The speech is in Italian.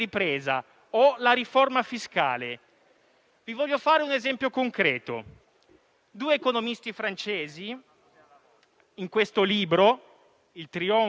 costruire un sistema fiscale che riduca le disuguaglianze e, in definitiva, costruisca un mondo più equo.